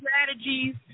strategies